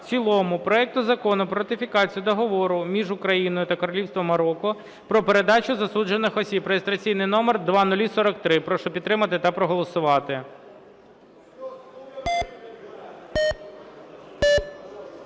в цілому проекту Закону про ратифікацію Договору між Україною та Королівством Марокко про передачу засуджених осіб (реєстраційний номер 0043). Прошу підтримати та проголосувати.